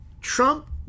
Trump